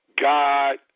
God